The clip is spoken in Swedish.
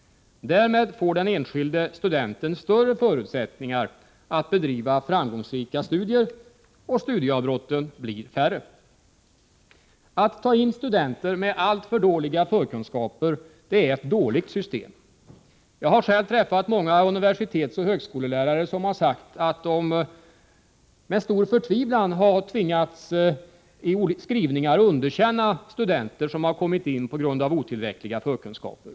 Därmed får den enskilde studenten större förusättningar att bedriva framgångsrika studier, och studieavbrotten blir färre. Att ta in studenter med alltför dåliga förkunskaper är ett dåligt system. Jag har träffat många universitetsoch högskolelärare som har sagt att de med stor förtvivlan har tvingats i skrivningar underkänna studenter som har kommit in med otillräckliga förkunskaper.